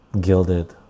gilded